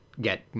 get